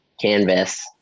canvas